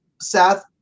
Seth